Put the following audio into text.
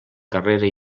carrera